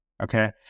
Okay